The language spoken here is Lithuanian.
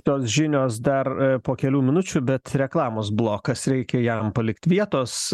tos žinios dar po kelių minučių bet reklamos blokas reikia jam palikt vietos